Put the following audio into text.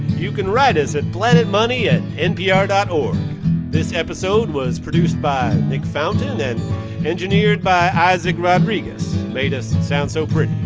you can write us at planetmoney at npr dot o this episode was produced by nick fountain and engineered by isaac rodriguez, who made us sound so great.